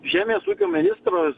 žemės ūkio ministras